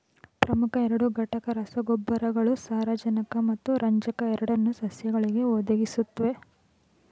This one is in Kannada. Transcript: ಪ್ರಮುಖ ಎರಡು ಘಟಕ ರಸಗೊಬ್ಬರಗಳು ಸಾರಜನಕ ಮತ್ತು ರಂಜಕ ಎರಡನ್ನೂ ಸಸ್ಯಗಳಿಗೆ ಒದಗಿಸುತ್ವೆ